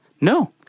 No